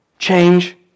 change